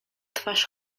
twarz